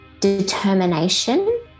determination